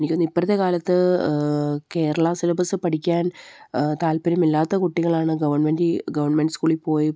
എനിക്ക് തോന്നുന്നു ഇപ്പോഴത്തെക്കാലത്ത് കേരള സിലബസില് പഠിക്കാൻ താല്പര്യമില്ലാത്ത കുട്ടികളാണ് ഗവൺമെൻറ് ഗവൺമെൻറ് സ്കൂളിൽ പോയി